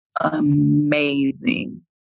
amazing